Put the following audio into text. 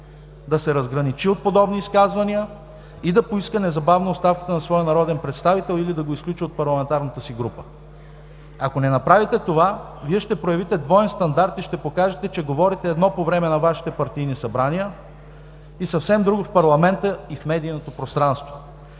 да се разграничи от подобни изказвания и да поиска незабавно оставката на своя народен представител или да го изключи от парламентарната си група. Ако не направите това, Вие ще проявите двоен стандарт и ще покажете, че говорите едно по време на Вашите партийни събрания и съвсем друго в парламента и в медийното пространство.